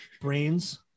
brains